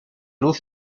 luz